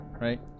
right